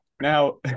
Now